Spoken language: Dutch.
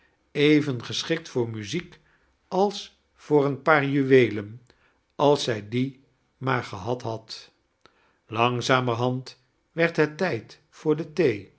even geschikt voor muziek als voor een paar juweelen als zij die maar gehad had langzamerhand werd het tijd voor de thee